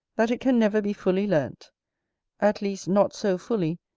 that it can never be fully learnt at least not so fully,